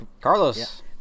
carlos